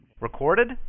Recorded